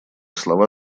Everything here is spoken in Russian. слова